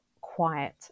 quiet